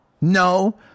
No